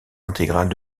intégrales